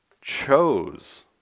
chose